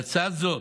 לצד זאת,